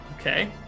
Okay